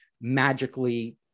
magically